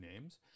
names